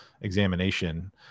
examination